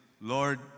Lord